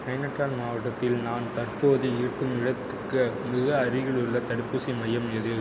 நைனிடால் மாவட்டத்தில் நான் தற்போது இருக்கும் இடத்துக்கு மிக அருகிலுள்ள தடுப்பூசி மையம் எது